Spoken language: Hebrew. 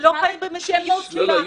שמוסיפות- -- הם לא חיים במציאות שלנו.